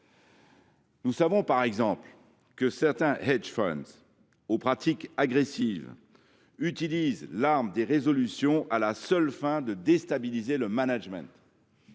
Nous savons par exemple que certains aux pratiques agressives utilisent l’arme des résolutions à la seule fin de déstabiliser le management,